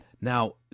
Now